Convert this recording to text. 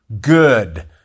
good